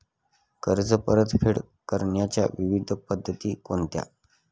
कर्ज परतफेड करण्याच्या विविध पद्धती कोणत्या?